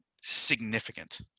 significant